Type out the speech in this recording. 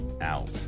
out